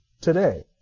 today